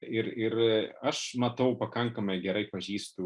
ir ir aš matau pakankamai gerai pažįstu